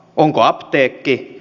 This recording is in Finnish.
onko apteekki